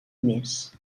més